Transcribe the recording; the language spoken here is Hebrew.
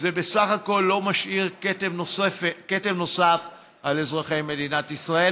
זה בסך הכול לא משאיר כתם נוסף על אזרחי מדינת ישראל.